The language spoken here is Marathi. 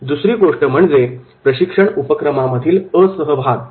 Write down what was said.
दुसरी गोष्ट म्हणजे प्रशिक्षण उपक्रमामधील असहभाग